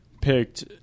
picked